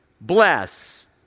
bless